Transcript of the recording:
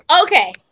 Okay